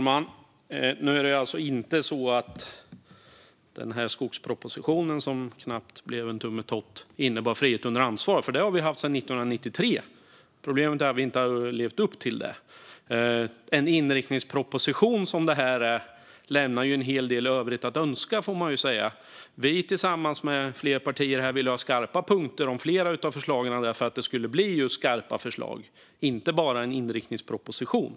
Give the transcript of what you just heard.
Fru talman! Skogspropositionen, som knappt blev en tummetott, innebar inte frihet under ansvar. Det har vi haft sedan 1993. Problemet är att vi inte har levt upp till det. En inriktningsproposition, som det här är, lämnar en hel del övrigt att önska, får man säga. Vi, tillsammans med flera partier, ville ha skarpa punkter för flera av förslagen just för att det skulle bli skarpa förslag, inte bara en inriktningsproposition.